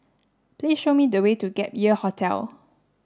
please show me the way to Gap Year Hostel